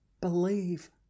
believe